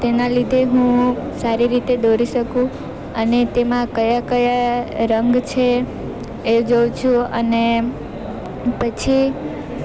તેના લીધે હું સારી રીતે દોરી શકું અને તેમાં કયા કયા રંગ છે એ જોઉં છું અને પછી